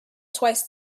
twice